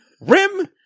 rim